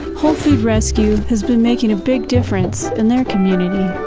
hole food rescue has been making a big difference in their community.